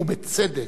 ובצדק.